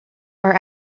are